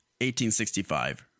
1865